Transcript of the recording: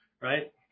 right